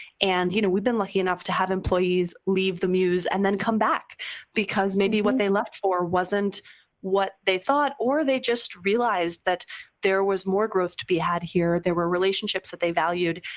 and you know we've been lucky enough to have employees leave the muse and then come back because maybe what they left for wasn't what they thought or they just realized that there was more growth to be had here. there were relationships that they valued.